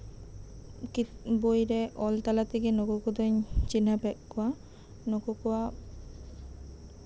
ᱵᱳᱭ ᱨᱮ ᱚᱞ ᱛᱟᱞᱟ ᱛᱮᱜᱮ ᱱᱩᱠᱩ ᱠᱚᱫᱚᱧ ᱪᱤᱱᱦᱟᱹᱯ ᱮᱫ ᱠᱚᱣᱟ ᱱᱩᱠᱩ ᱠᱚᱣᱟᱜ